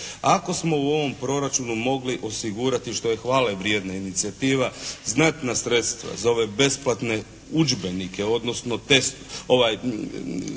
Ako smo u ovom proračunu mogli osigurati što je hvale vrijedna inicijativa znatna sredstva za ove besplatne udžbenike, odnosno udžbenike,